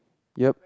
yup